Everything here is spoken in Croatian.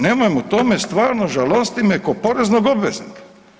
Nemojmo, to me stvarno žalosti me ko poreznog obveznika.